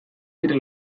dira